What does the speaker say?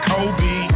Kobe